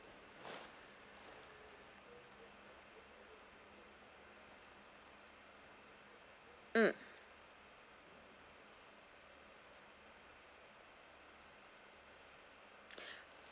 mm